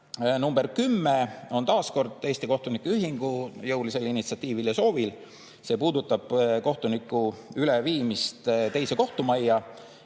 nr 10 on taas kord Eesti Kohtunike Ühingu jõulisel initsiatiivil ja soovil. See puudutab kohtuniku üleviimist teise kohtumajja.